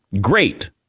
great